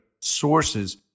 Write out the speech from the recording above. sources